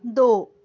ਦੋ